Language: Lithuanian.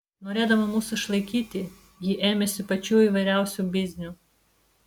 norėdama mus išlaikyti ji ėmėsi pačių įvairiausių biznių